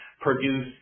produce